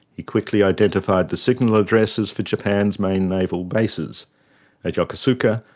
he quickly identified the signal addresses for japan's main naval bases at yokosuka,